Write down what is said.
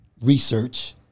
research